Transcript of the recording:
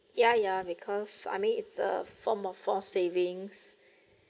yeah yeah because I mean it's a form of force savings